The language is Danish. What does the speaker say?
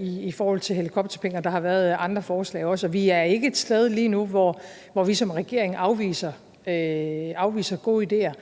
i forhold til helikopterpenge. Der har også været andre forslag, og vi er ikke et sted lige nu, hvor vi som regering afviser gode ideer.